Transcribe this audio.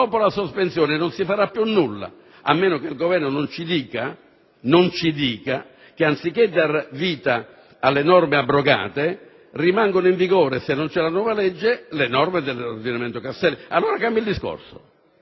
dopo la sospensione non si farà più nulla, a meno che il Governo non ci dica che, anziché dar vita alle norme abrogate, rimangono in vigore, se non vi sarà la nuova legge, le norme dell'ordinamento Castelli. Allora il discorso